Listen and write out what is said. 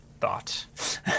thought